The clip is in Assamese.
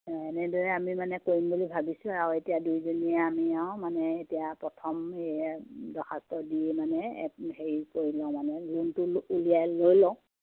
সেয়া এনেদৰে আমি মানে কৰিম বুলি ভাবিছোঁ আৰু এতিয়া দুইজনীয়ে আমি আৰু মানে এতিয়া প্ৰথম এই দৰ্খাস্ত দি মানে হেৰি কৰি লওঁ মানে লোনটো উলিয়াই লৈ লও